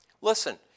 Listen